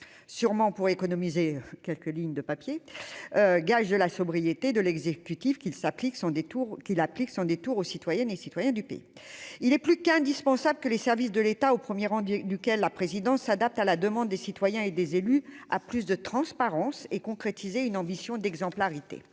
sûrement pour économiser quelques lignes de papier, gage de la sobriété de l'exécutif qu'il s'applique sans détour qu'il applique sans détour aux citoyennes et citoyens du pays, il est plus qu'indispensable que les services de l'État au 1er rang du duquel la présidence s'adapte à la demande des citoyens et des élus, à plus de transparence et concrétiser une ambition d'exemplarité,